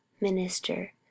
minister